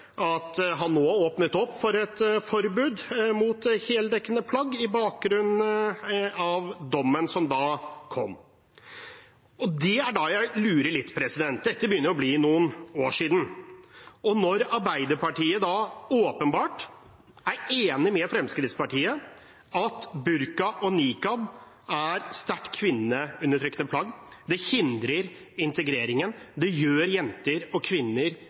at han åpnet opp for et forbud mot heldekkende plagg på bakgrunn av dommen som da kom. Da er det jeg lurer litt – dette begynner jo å bli noen år siden – for Arbeiderpartiet er åpenbart enig med Fremskrittspartiet i at burka og nikab er sterkt kvinneundertrykkende plagg, det hindrer integreringen, det gjør jenter og kvinner